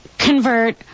convert